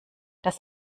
das